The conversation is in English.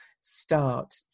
start